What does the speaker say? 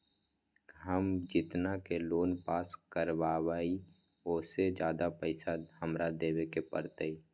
हम जितना के लोन पास कर बाबई ओ से ज्यादा पैसा हमरा देवे के पड़तई?